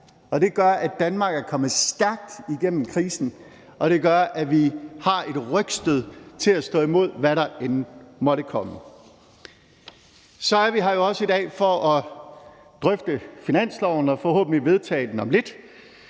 det gør, at Danmark er kommet stærkt igennem krisen. Og det gør, at vi har et rygstød til at stå imod, hvad der end måtte komme. Så er vi her jo også i dag for at drøfte finansloven og forhåbentlig vedtage den om lidt.